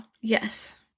Yes